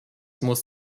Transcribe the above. muss